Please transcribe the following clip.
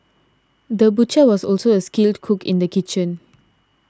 the butcher was also a skilled cook in the kitchen